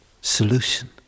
solution